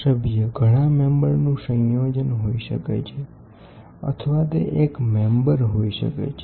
આ મેમ્બર ઘણા મેમ્બરનું સંયોજન હોઈ શકે છે અથવા તે એક મેમ્બર હોઈ શકે છે